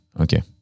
Okay